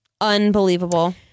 Unbelievable